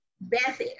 Beth